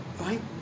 Right